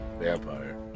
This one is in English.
vampire